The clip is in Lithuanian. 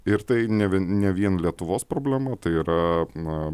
ir tai ne vien ne vien lietuvos problema tai yra na